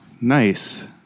Nice